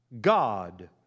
God